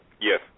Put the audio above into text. Yes